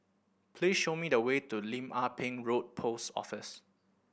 please show me the way to Lim Ah Pin Road Post Office